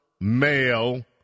male